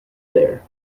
there